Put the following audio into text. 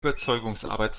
überzeugungsarbeit